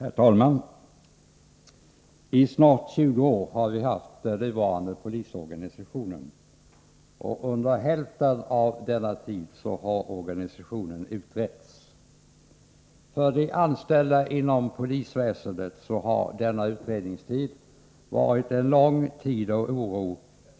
Herr talman! I snart 20 år har vi haft den nuvarande belisorannisstonent id Under hälften av, denna tid'har organisationen utretts. Föride anställda inom polisväsendet har ;detta inneburit;.en.-långatid.iav. oro.